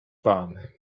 pan